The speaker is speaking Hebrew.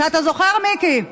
אתה זוכר, מיקי?